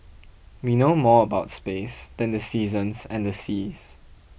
we know more about space than the seasons and the seas